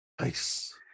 Nice